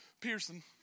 Pearson